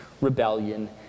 rebellion